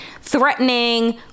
threatening